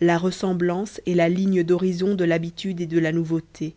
la ressemblance est la ligne d'horizon de l'habitude et de la nouveauté